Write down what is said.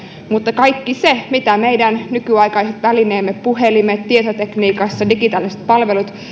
mutta kaikki se mitä meidän nykyaikaiset välineemme puhelimet tietotekniikassa digitaaliset palvelut